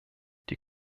die